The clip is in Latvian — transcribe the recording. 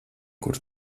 kur